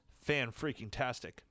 fan-freaking-tastic